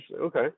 okay